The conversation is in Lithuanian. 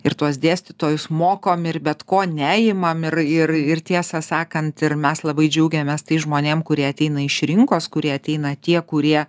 ir tuos dėstytojus mokom ir bet ko neimam ir ir ir tiesą sakant ir mes labai džiaugiamės tais žmonėms kurie ateina iš rinkos kurie ateina tie kurie